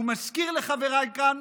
ומזכיר לחבריי כאן,